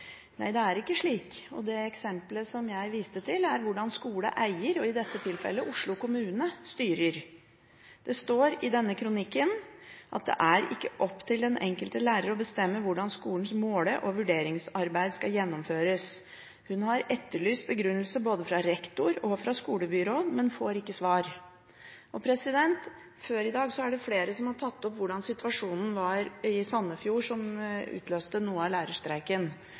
Nei, det er ikke slik. Det eksemplet som jeg viste til, er hvordan skoleeier, og i dette tilfellet Oslo kommune, styrer. Det står i den kronikken jeg viste til, at det ikke er opp til den enkelte lærer å bestemme hvordan skolens måle- og vurderingsarbeid skal gjennomføres. Man har etterlyst begrunnelse fra både rektor og skolebyråd, men får ikke svar. Før i dag har flere tatt opp hvordan situasjonen var i Sandefjord – og som utløste noe av lærerstreiken.